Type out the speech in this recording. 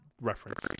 reference